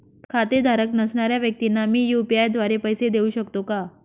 खातेधारक नसणाऱ्या व्यक्तींना मी यू.पी.आय द्वारे पैसे देऊ शकतो का?